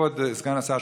כבוד סגן השר,